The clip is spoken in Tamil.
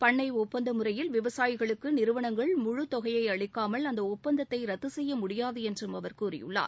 பண்ணை ஒப்பந்த முறையில் விவசாயிகளுக்கு நிறுவனங்கள் முழு தொகையை அளிக்காமல் அந்த ஒப்பந்தத்தை ரத்து செய்ய முடியாது என்றும் அவர் கூறியுள்ளார்